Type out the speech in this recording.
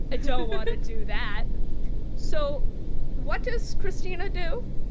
i don't want to do that so what does kristina do?